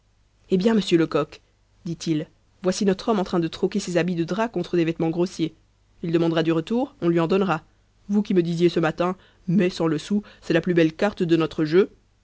eh bien monsieur lecoq dit-il voici notre homme en train de troquer ses habits de drap contre des vêtements grossiers il demandera du retour on lui en donnera vous qui me disiez ce matin mai sans le sou c'est la plus belle carte de notre jeu